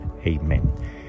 Amen